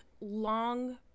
long